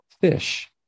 fish